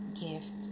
gift